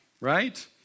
right